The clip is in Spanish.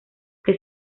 que